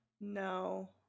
No